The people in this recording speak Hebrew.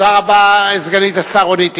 תודה רבה, סגנית השר רונית תירוש,